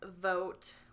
vote